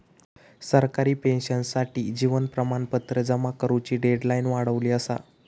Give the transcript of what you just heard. सरकारी पेंशनर्ससाठी जीवन प्रमाणपत्र जमा करुची डेडलाईन वाढवली असा